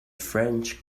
french